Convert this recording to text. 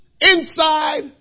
inside